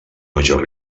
major